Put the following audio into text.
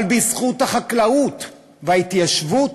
אבל בזכות החקלאות וההתיישבות,